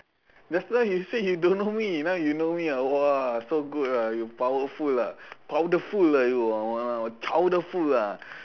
just now you say you don't know me now you know me ah !wah! so good ah you powerful lah powderful lah you ah !walao! chowderful lah